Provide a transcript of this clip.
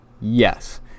Yes